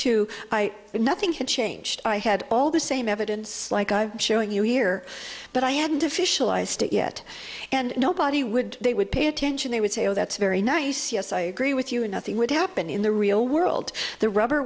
buy nothing had changed i had all the same evidence like i'm showing you here but i hadn't official eyes to yet and nobody would they would pay attention they would say oh that's very nice yes i agree with you and nothing would happen in the real world the rubber